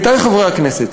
עמיתי חברי הכנסת,